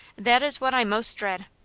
that is what i most dread.